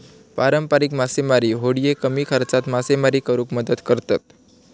पारंपारिक मासेमारी होडिये कमी खर्चात मासेमारी करुक मदत करतत